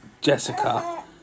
Jessica